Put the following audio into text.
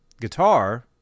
guitar